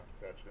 gotcha